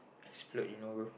explored you know bro